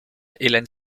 helen